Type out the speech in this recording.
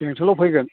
बेंथ'लाव फैगोन